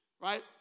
right